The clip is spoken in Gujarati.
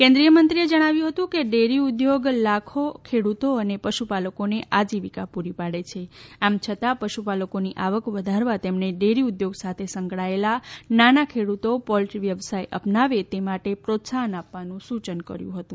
કેન્દ્રીય મંત્રીએ જણાવ્યું હતું કે ડેરી ઉદ્યોગ લાખો ખેડુતો અને પશુપાલકોને આજીવીકા પુરી પાડે છે આમ છતાં પશુપાલકોની આવક વધારવા તેમણે ડેરી ઉદ્યોગ સાથે સંકળાયેલા નાના ખેડુતો પોલ્દ્રી વ્યવસાય અપનાવે તે માટે પ્રોત્સાહન આપવાનું સુચન કર્યુ હતું